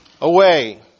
away